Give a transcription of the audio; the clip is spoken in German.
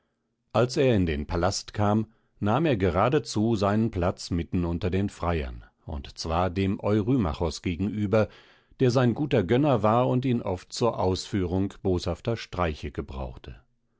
als er in den palast kam nahm er geradezu seinen platz mitten unter den freiern und zwar dem eurymachos gegenüber der sein guter gönner war und ihn oft zur ausführung boshafter streiche gebrauchte